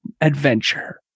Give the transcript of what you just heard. adventure